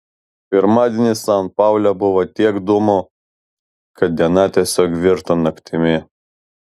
pirmadienį san paule buvo tiek dūmų kad diena tiesiog virto naktimi